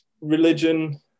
religion